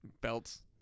Belts